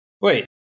Wait